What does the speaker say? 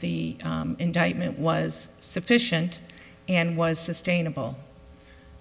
the indictment was sufficient and was sustainable